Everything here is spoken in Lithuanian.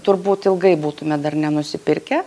turbūt ilgai būtume dar nenusipirkę